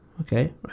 okay